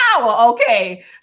Okay